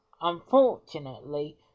unfortunately